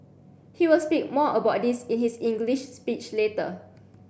he will speak more about this in his English speech later